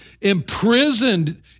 imprisoned